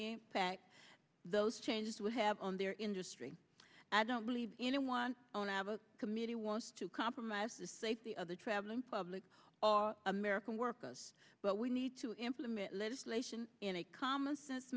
impact those changes would have on their industry i don't believe anyone on our committee wants to compromise the safety of the traveling public or american workers but we need to implement legislation in a commonsense